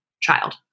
child